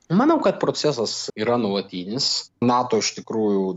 manau kad procesas yra nuolatinis nato iš tikrųjų